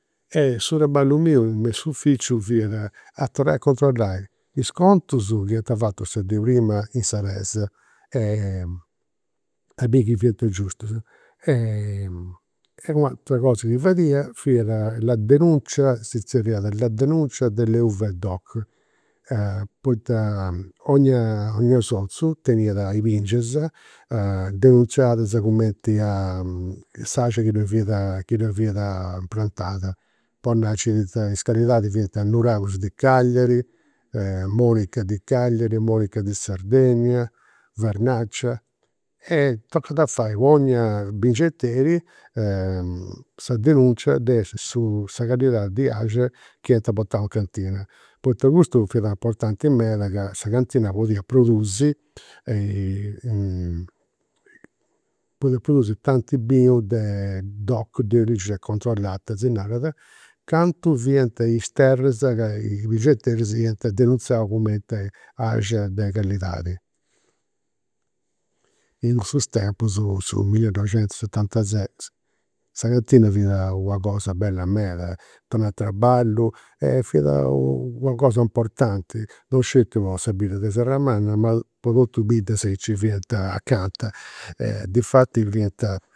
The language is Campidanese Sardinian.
Su traballu miu me in s'uficiu fiat a torrai a controllai is contus chi iant fatu sa dì prima in sa pesa e a biri chi fiant giustus e u' atera cosa chi fadia fiat la denuncia, si zerriat, la denuncia delle uve doc, poita 'onnia 'onnia sozu teniat i' bingias denunziadas cumenti a s'axia chi ddoi fiat chi ddoi fiat prantada. Po nai, nci fiant, is calidadis fiant nuragus di Caglari, monica di Cagliari, monica di Sardegna, vernaccia, e tocat a fai po 'onnia bingenteri sa denunzia de su sa calidadi di axia chi iant portau in cantina. Poita custu fiat importanti meda ca sa cantina podiat produsi podiat produsi tanti binu de doc de origini controllata si narat, cantu fiant is terras ca is bingenteris iant denunziau cumenti de calidadi. In cussus tempus, su millinoixentusetantases, sa cantina fiat una cosa bella meda, donat traballu e fiat una cosa importanti, non sceti po sa bidda de Serramanna ma po totus is biddas chi fiant acanta. E difati fiant